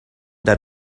that